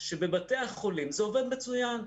שבבתי החולים זה עובד מצוין.